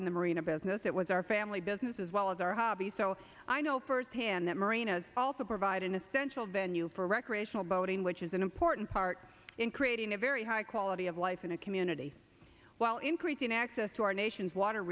in the marina business that was our family business as well as our hobby so i know firsthand that marina's also provide an essential venue for recreational boating which is an important part in creating a very high quality of life in a community while increasing access to our nation's water